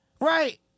Right